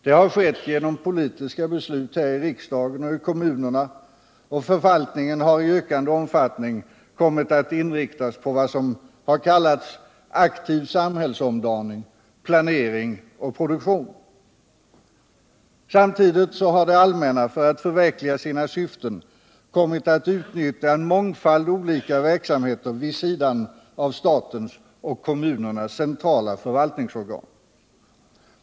Det har skett genom politiska beslut här i riksdagen och i kommunerna, och förvaltningen har i ökande omfattning kommit att inriktas på vad som har kallats aktiv samhällsomdaning, planering och produktion. Samtidigt har det allmänna för att förverkliga sina syften kunnat utnyttja en mångfald olika verksamheter vid sidan om statens och myndigheternas centrala förvaltningsorgan.